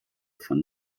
von